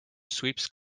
sweeps